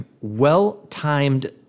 Well-timed